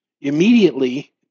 immediately